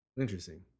Interesting